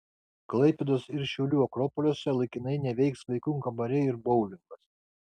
klaipėdos ir šiaulių akropoliuose laikinai neveiks vaikų kambariai ir boulingas